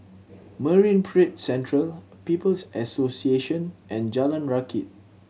Marine Parade Central People's Association and Jalan Rakit